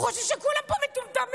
הוא חושב שכולם פה מטומטמים.